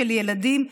של ילדים,